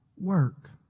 work